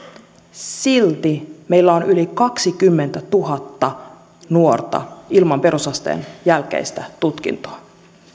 silti meillä on yli kaksikymmentätuhatta nuorta ilman perusasteen jälkeistä tutkintoa